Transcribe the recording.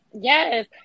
Yes